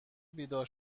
بیدار